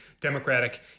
Democratic